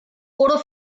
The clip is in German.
oder